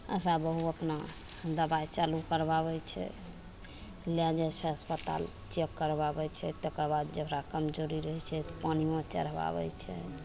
आशा बहु अपना दबाइ चालू करबाबय छै लए जाइ छै अस्पताल चेक करबाबय छै तकर बाद जेकरा कमजोरी रहय छै तऽ पानियो चढ़बाबय छै